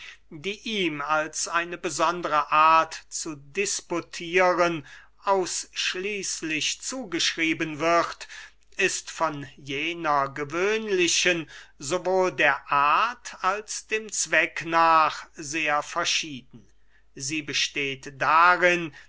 die ihm als eine besondere art zu disputieren ausschließlich zugeschrieben wird ist von jener gewöhnlichen sowohl der art als dem zweck nach sehr verschieden sie besteht darin